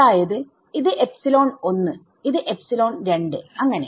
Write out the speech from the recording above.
അതായത് ഇത് എപ്സിലോൺ 1 ഇത് എപ്സിലോൺ 2 അങ്ങനെ